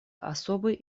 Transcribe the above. особой